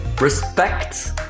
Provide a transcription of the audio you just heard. Respect